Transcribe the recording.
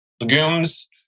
legumes